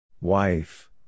Wife